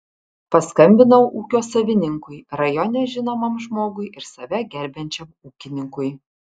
paskambinau ūkio savininkui rajone žinomam žmogui ir save gerbiančiam ūkininkui